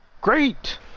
great